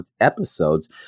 episodes